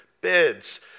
beds